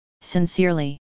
Sincerely